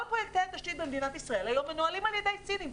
כל פרוייקטי התשתית היום במדינת ישראל מנוהלים על-ידי סינים.